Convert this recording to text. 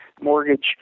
mortgage